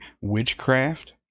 witchcraft